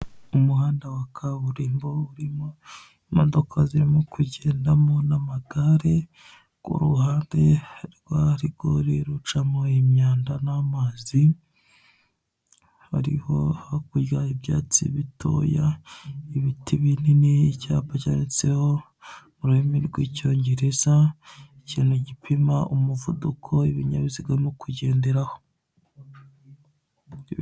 Umuhanda wa kaburimbo urimo imodoka zirimo kugendamo n'amagare, ku ruhande hari na rigore icamo imyanda n'amazi, hariho hakurya ibyatsi bitoya, ibiti binini, icyapa cyanditseho ururimi rw'icyongereza, ikintu gipima umuvuko ibinyabiziga birimo kugenderaho.